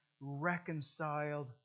reconciled